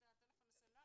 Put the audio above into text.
התשע"ח-2018 (מ/1246).